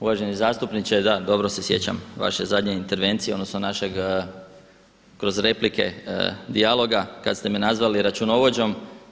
Uvaženi zastupniče, da dobro se sjećam vaše zadnje intervencije, odnosno našeg kroz replike dijaloga kad ste me nazvali računovođom.